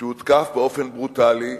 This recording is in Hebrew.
שהותקף באופן ברוטלי,